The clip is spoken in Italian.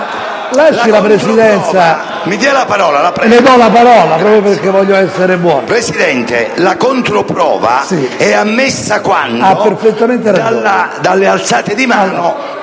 la controprova è ammessa quando dalle alzate di mano